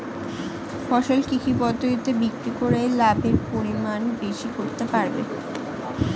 ফসল কি কি পদ্ধতি বিক্রি করে লাভের পরিমাণ বেশি হতে পারবে?